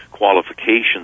Qualifications